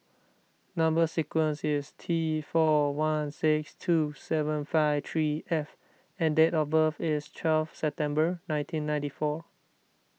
Number Sequence is T four one six two seven five three F and date of birth is twelve September nineteen ninety four